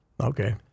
Okay